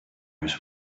his